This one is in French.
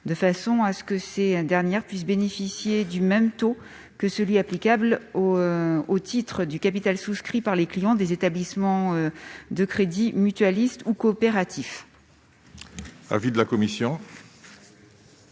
afin que ces dernières puissent bénéficier du même taux que celui qui s'applique aux titres du capital souscrits par les clients des établissements de crédit mutualistes ou coopératifs. Quel est l'avis de la commission